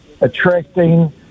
attracting